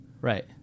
Right